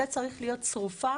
זה צריך להיות צרופה